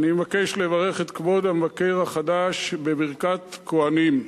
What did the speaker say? אני מבקש לברך את כבוד המבקר החדש בברכת כוהנים: